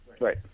Right